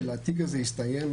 התיק הזה הסתיים,